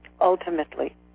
ultimately